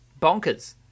bonkers